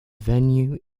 venue